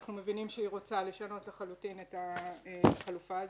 ואנחנו מבינים שהיא רוצה לשנות לחלוטין את החלופה הזאת.